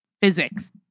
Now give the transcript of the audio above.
physics